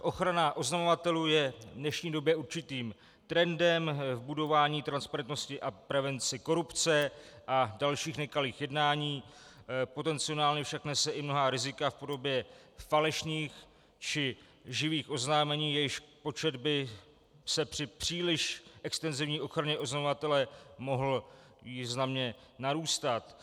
Ochrana oznamovatelů je v dnešní době určitým trendem v budování transparentnosti a prevence korupce a dalších nekalých jednání, potenciálně však nese i mnohá rizika v podobě falešných či lživých oznámení, jejichž počet by při příliš extenzivní ochraně oznamovatele mohl významně narůstat.